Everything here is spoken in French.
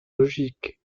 logiques